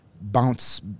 bounce